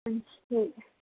अच्छा ठीक ऐ